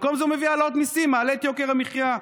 במקום זה הוא מביא העלאות מיסים ומעלה את יוקר המחיה.